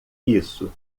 isso